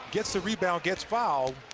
gets the rebound, gets fouled,